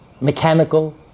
mechanical